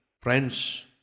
Friends